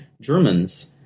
Germans